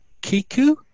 Kiku